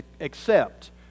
accept